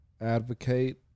advocate